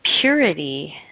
purity